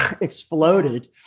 exploded